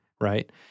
right